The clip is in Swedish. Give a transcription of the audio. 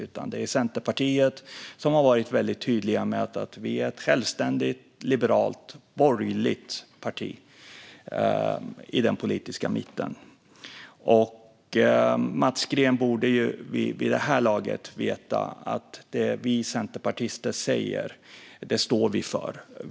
Det är Centerpartiet, och vi har varit väldigt tydliga med att vi är ett självständigt och liberalt borgerligt parti i den politiska mitten. Mats Green borde vid det här laget veta att det vi centerpartister säger, det står vi för.